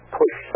push